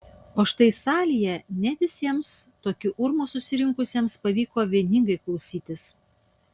o štai salėje ne visiems tokiu urmu susirinkusiems pavyko vieningai klausytis